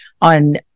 on